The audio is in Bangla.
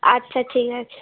আচ্ছা ঠিক আছে